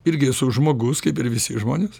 irgi esu žmogus kaip ir visi žmonės